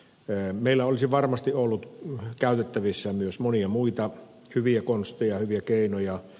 meillä olisi varmasti ollut käytettävissä myös monia muita hyviä konsteja hyviä keinoja